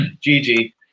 Gigi